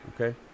okay